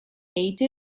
ate